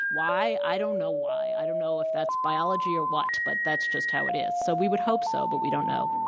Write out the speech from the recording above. why? i don't know why. i don't know if that's biology or what. but that's just how it is. so we would hope so, but we don't know.